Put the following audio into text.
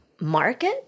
market